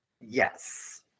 Yes